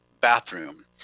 bathroom